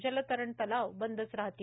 जलतरण तलाव बंदच राहतील